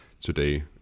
today